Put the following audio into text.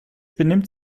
benimmt